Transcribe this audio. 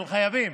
אבל חייבים,